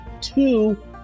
two